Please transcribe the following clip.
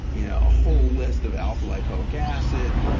you know a whole list of alpha lipoic acid,